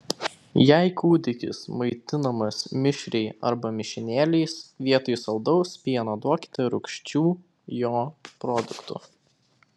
jei kūdikis maitinamas mišriai arba mišinėliais vietoj saldaus pieno duokite rūgščių jo produktų